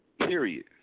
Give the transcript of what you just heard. period